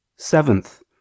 Seventh